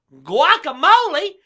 guacamole